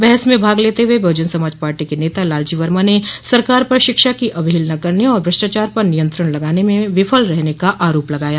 बहस में भाग लेते हुए बहुजन समाज पार्टी के नेता लालजी वर्मा ने सरकार पर शिक्षा की अवहेलना करने और भ्रष्टाचार पर नियंत्रण लगाने म विफल रहने का आरोप लगाया